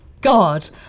God